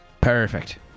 Perfect